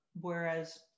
Whereas